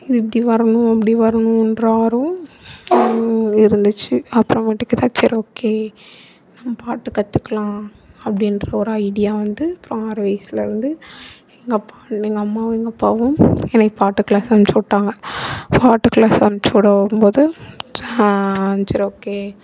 இது இப்படி வரணும் அப்படி வரணும்ன்ற ஆர்வம் இருந்திச்சு அப்புறமாட்டிக்கிதுதான் சரி ஓகே நம்ம பாட்டு கற்றுக்கலாம் அப்படின்ற ஒரு ஐடியா வந்து அப்புறம் ஆறு வயசில் வந்து எங்கள் அப்பா எங்கள் அம்மாவும் எங்கள் அப்பாவும் எனக்கு பாட்டுக் கிளாஸ் அனுப்பிச்சி விட்டாங்க பாட்டுக் கிளாஸ் அனுப்பிச்சு விட வரும்போது சரி ஓகே